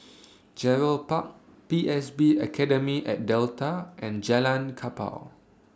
Gerald Park P S B Academy At Delta and Jalan Kapal